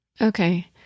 Okay